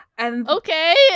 Okay